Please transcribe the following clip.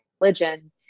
religion